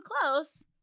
close